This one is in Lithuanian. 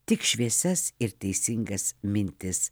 tik šviesias ir teisingas mintis